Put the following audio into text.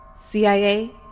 CIA